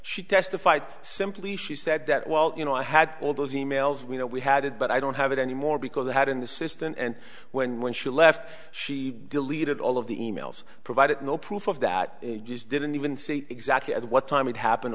she testified simply she said that well you know i had all those e mails we know we had it but i don't have it anymore because i had in the system and when when she left she deleted all of the e mails provided no proof of that just didn't even say exactly what time it happened